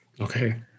Okay